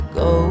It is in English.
go